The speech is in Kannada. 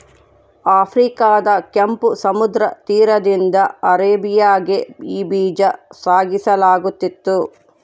ಆಫ್ರಿಕಾದ ಕೆಂಪು ಸಮುದ್ರ ತೀರದಿಂದ ಅರೇಬಿಯಾಗೆ ಈ ಬೀಜ ಸಾಗಿಸಲಾಗುತ್ತಿತ್ತು